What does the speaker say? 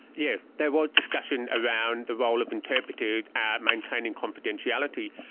yes, there was discussion around the role of interpreters ah maintaining confidentiality.